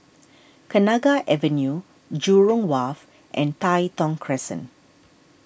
Kenanga Avenue Jurong Wharf and Tai Thong Crescent